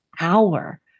hour